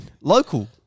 Local